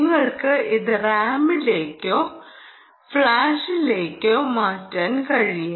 നിങ്ങൾക്ക് ഇത് റാമിലേക്കോ ഫ്ലാഷിലേക്കോ മാറ്റാൻ കഴിയും